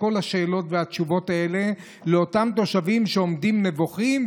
כל השאלות והתשובות האלה לאותם תושבים שעומדים נבוכים.